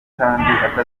kandi